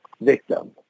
victim